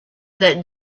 that